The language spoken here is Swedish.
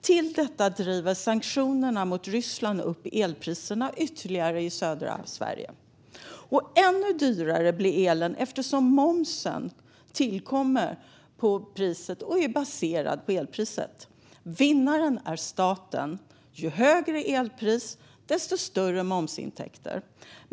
Till detta driver sanktionerna mot Ryssland upp priserna ytterligare i södra Sverige. Ännu dyrare blir elen eftersom momsen tillkommer på priset och är baserad på elpriset. Vinnaren är staten. Ju högre elpris, desto större momsintäkter.